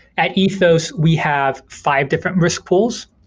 at ethos, we have five different risk pools.